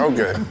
Okay